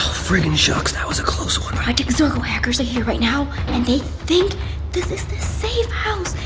freakin shucks. that was a close one. project zorgo hackers are here right now. and they think this is the safe.